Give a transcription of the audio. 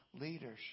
leadership